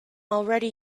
already